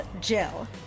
Jill